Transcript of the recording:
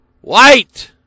White